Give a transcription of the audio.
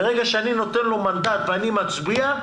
ברגע שאני נותן לו מנדט ואני מצביע,